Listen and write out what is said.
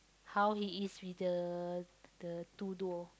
how he is with the the two duo